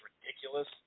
ridiculous